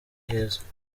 heza